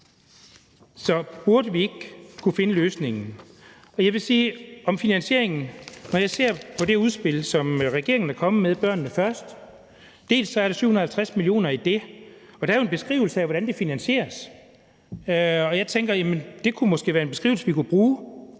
Og jeg vil sige om finansieringen, at når jeg ser på det udspil, som regeringen er kommet med, »Børnene Først«, så er der 750 mio. kr. i det, og der er jo en beskrivelse af, hvordan det finansieres. Og jeg tænker, at det måske kunne være en beskrivelse, vi kunne bruge.